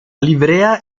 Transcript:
livrea